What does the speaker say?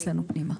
אצלנו פנימה.